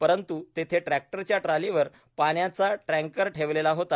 परंतु तेथे ट्रॅक्टरच्या ट्रॉलीवर पाण्याचा टँकर ठेवलेला होता